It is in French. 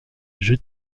jeux